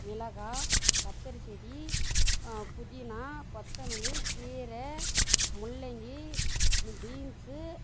மிளகாய் கத்தரிசெடி புதினா கொத்தமல்லி கீரை முள்ளங்கி பீன்ஸு